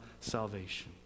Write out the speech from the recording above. salvation